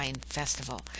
Festival